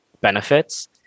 benefits